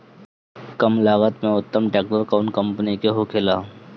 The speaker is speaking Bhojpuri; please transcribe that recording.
कम लागत में उत्तम ट्रैक्टर कउन कम्पनी के होखेला?